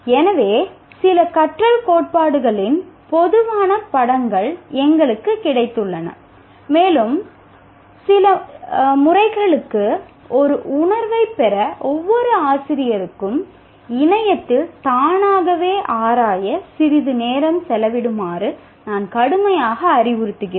எனவே சில கற்றல் கோட்பாடுகளின் பொதுவான படங்கள் எங்களுக்குக் கிடைத்துள்ளன மேலும் இந்த சில முறைகளுக்கு ஒரு உணர்வைப் பெற ஒவ்வொரு ஆசிரியருக்கும் இணையத்தில் தானாகவே ஆராய சிறிது நேரம் செலவிடுமாறு நான் கடுமையாக அறிவுறுத்துகிறேன்